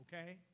okay